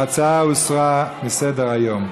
ההצעה הוסרה מסדר-היום.